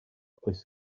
oes